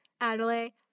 Adelaide